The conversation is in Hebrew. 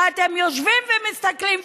ואתם יושבים ומסתכלים,